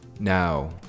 Now